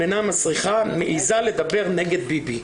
שמנה, מסריחה, מעזה לדבר נגד ביבי".